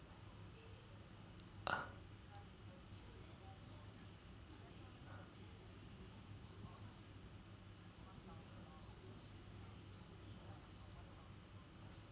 ah